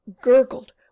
gurgled